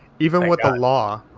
even with the law,